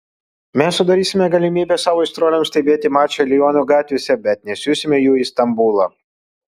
mes sudarysime galimybę savo aistruoliams stebėti mačą liono gatvėse bet nesiųsime jų į stambulą